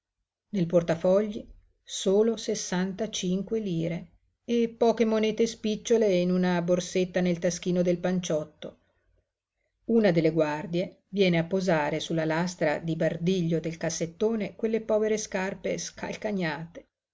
nel portafogli solo sessantacinque lire e poche monete spicciole in una borsetta nel taschino del panciotto una delle guardie viene a posare sulla lastra di bardiglio del cassettone quelle povere scarpe scalcagnate